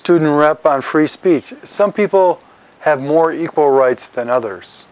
student rep on free speech some people have more equal rights than others